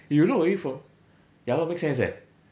you look already from ya lor makes sense eh